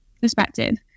perspective